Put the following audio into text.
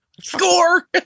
score